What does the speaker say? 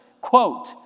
Quote